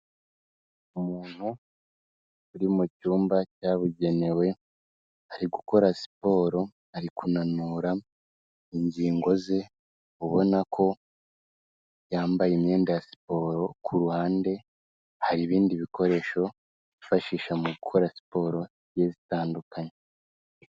Umuntu uri mu cyumba cyabugenewe, ari gukora siporo, ari kunanura ingingo ze, ubona ko yambaye imyenda ya siporo, ku ruhande hari ibindi bikoresho yifashisha mu gukora siporo zigiye zitandukanye.